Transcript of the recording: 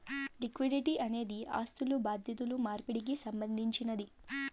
liquidity అనేది ఆస్థులు బాధ్యతలు మార్పిడికి సంబంధించినది